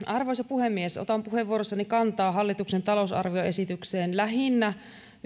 arvoisa puhemies otan puheenvuorossani kantaa hallituksen talousarvioesitykseen lähinnä